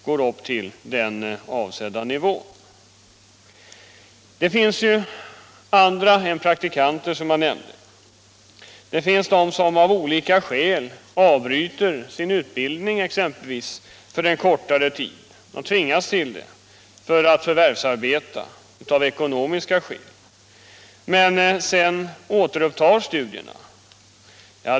Det här gäller, som jag nämnde, också andra än praktikanter, t.ex. dem som av ekonomiska eller andra skäl för en kortare tid tvingas avbryta sin utbildning för att förvärvsarbeta och sedan återupptar studierna.